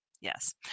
yes